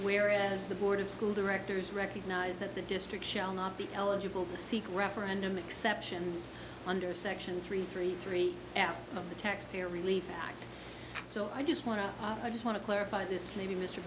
where is the boarding school directors recognize that the district shall not be eligible to seek referendum exceptions under section three three three of the taxpayer relief so i just want to i just want to clarify this maybe mr